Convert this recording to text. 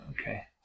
Okay